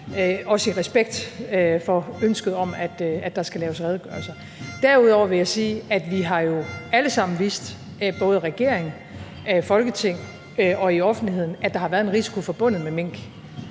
også i respekt for ønsket om, at der skal laves redegørelser. Derudover vil jeg sige, at vi jo alle sammen har vidst, både i regeringen, i Folketinget og i offentligheden, at der har været en risiko forbundet med mink.